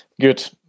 good